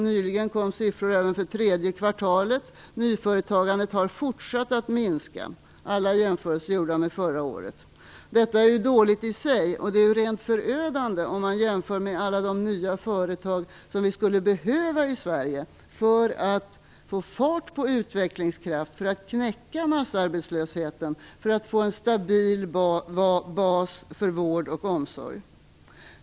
Nyligen kom siffror även för tredje kvartalet, som visar att nyföretagandet har fortsatt att minska. Alla jämförelser är här gjorda med förra året. Detta är dåligt i sig, och det är ju rent förödande med tanke på alla de nya företag som vi skulle behöva i Sverige för att få fart på utvecklingskraft, för att knäcka massarbetslösheten och för att få en stabil bas för vård och omsorg.